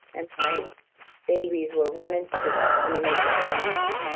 and my babies were one and two when he made that phone call.